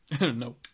No